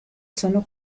sono